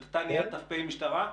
אתה נהיה ת"פ משטרה?